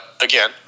again